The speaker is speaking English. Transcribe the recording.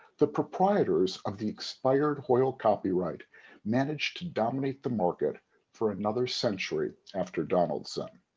the proprietors of the expired hoyle copyright managed to dominate the market for another century after donaldson.